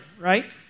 right